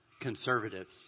conservatives